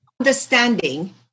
Understanding